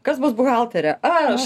kas bus buhaltere aš